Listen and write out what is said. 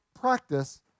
practice